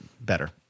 better